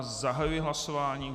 Zahajuji hlasování.